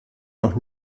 noch